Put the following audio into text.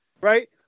right